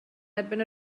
erbyn